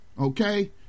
okay